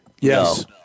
Yes